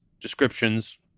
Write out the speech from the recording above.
descriptions